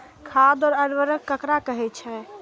खाद और उर्वरक ककरा कहे छः?